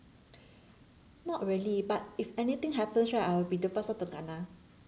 not really but if anything happens right I will be the first one to kena